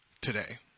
today